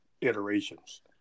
iterations